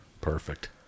Perfect